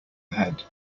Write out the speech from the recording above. head